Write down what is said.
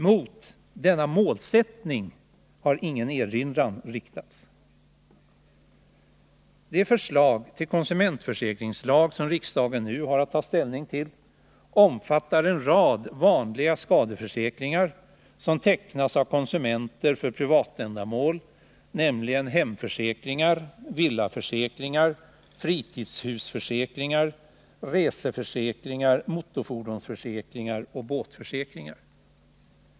Mot denna målsättning har ingen erinran riktats. Det förslag till konsumentförsäkringslag, som riksdagen nu har att ta ställning till, omfattar en rad vanliga skadeförsäkringar som tecknas av konsumenter för privatändamål — hemförsäkringar, villaförsäkringar, fritidshusförsäkringar, reseförsäkringar, motorfordonsförsäkringar och båtförsäkringar.